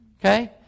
Okay